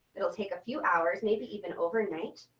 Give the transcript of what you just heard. it'll take a few hours maybe even overnight.